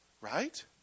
Right